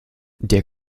der